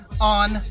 on